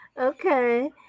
okay